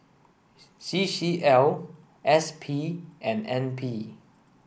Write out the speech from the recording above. C C L S P and N P